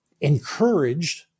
encouraged